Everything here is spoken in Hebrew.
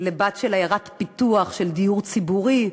לבת של עיירת פיתוח בדיור ציבורי,